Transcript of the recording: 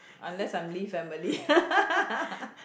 unless I am Lee family